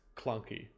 clunky